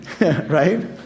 right